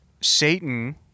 Satan